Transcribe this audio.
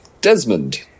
Desmond